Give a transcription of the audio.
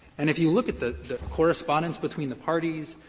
and if you look at the the correspondence between the parties,